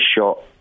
shot